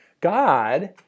God